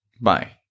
Bye